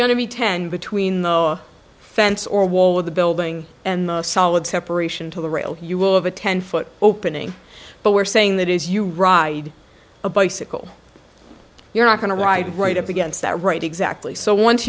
to be ten between the fence or wall of the building and solid separation to the rail you will have a ten foot opening but we are saying that is you ride a bicycle you're not going to ride right up against that right exactly so once